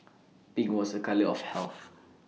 pink was A colour of health